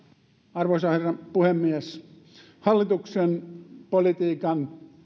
arvoisa herra puhemies hallituksen politiikan